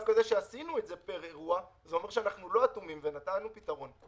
דווקא זה שעשינו את זה פר אירוע אומר שאנחנו לא אטומים ונתנו פתרון,